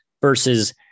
Versus